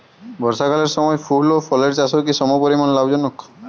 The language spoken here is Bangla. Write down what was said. বর্ষাকালের সময় ফুল ও ফলের চাষও কি সমপরিমাণ লাভজনক?